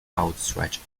outstretched